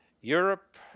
Europe